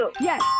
yes